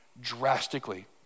drastically